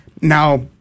Now